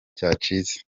cyacitse